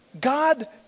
God